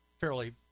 fairly